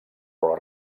però